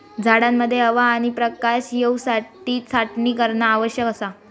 झाडांमध्ये हवा आणि प्रकाश येवसाठी छाटणी करणा आवश्यक असा